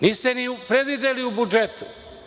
Niste to predvideli u budžetu.